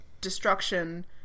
destruction